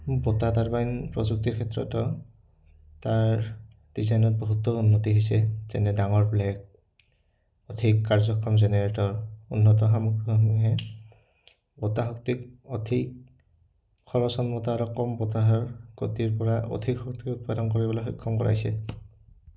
বতাহ তাৰবাইন প্ৰযুক্তিৰ ক্ষেত্ৰত তাৰ ডিজাইনত বহুতো উন্নতি হৈছে যেনে ডাঙৰ ব্লেক অধিক কাৰ্যক্ষম জেনেৰেটৰ উন্নত সামগ্ৰীসমূহে বতাহ শক্তিক অধিক খৰচ সন্মতা আৰু কম বতাহৰ গতিৰপৰা অধিক শক্তিক উৎপাদন কৰিবলৈ সক্ষম কৰাইছে